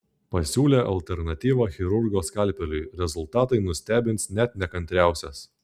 pasiūlė alternatyvą chirurgo skalpeliui rezultatai nustebins net nekantriausias